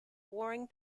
warring